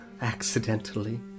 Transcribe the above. accidentally